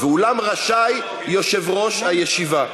ואולם רשאי יושב-ראש הישיבה,